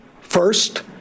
first